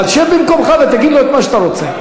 אבל שב במקומך ותגיד לו את מה שאתה רוצה.